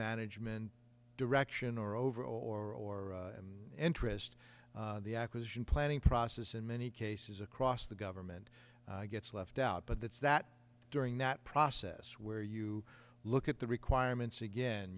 management direction or over or interest the acquisition planning process in many cases across the government gets left out but that's that during that process where you look at the requirements again